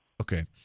Okay